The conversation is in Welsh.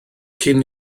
cyn